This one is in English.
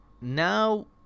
now